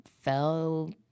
fell